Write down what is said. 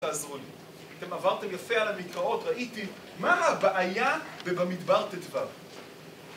תעזרו לי. אתם עברתם יפה על המקראות, ראיתי מה הבעיה במדבר ט"ו.